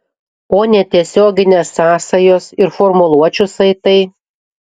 o netiesioginės sąsajos ir formuluočių saitai